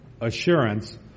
assurance